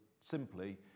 simply